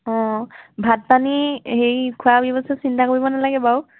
অঁ ভাত পানী হেৰি খোৱা ব্যৱস্থাতো চিন্তা কৰিব নালাগে বাৰু